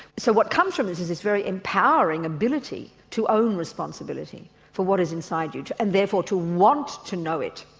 so what comes from this is this very empowering ability to own responsibility for what is inside you and therefore to want to know it.